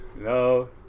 no